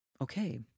Okay